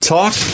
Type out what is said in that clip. Talk